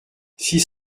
six